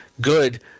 good